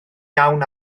iawn